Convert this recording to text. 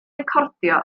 recordio